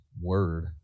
word